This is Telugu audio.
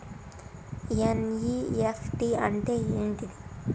ఎన్.ఇ.ఎఫ్.టి అంటే ఏంటిది?